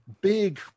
big